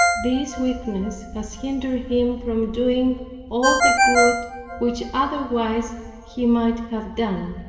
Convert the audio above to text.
this weakness has hindered him from doing all the good which otherwise he might have done.